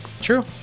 True